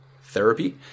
therapy